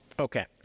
Okay